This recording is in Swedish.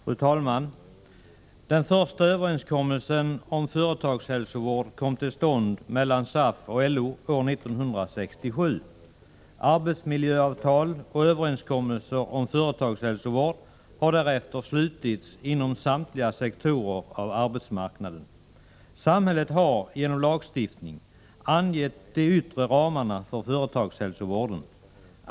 Fru talman! Den första överenskommelsen om företagshälsovård kom till stånd mellan SAF och LO år 1967. Arbetsmiljöavtal och överenskommelser om företagshälsovård har därefter slutits inom samtliga sektorer av arbetsmarknaden. Samhället har genom lagstiftning angett de yttre ramarna för företagshälsovården.